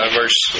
verse